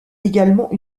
également